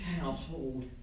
household